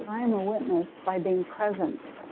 i am a witness by being present,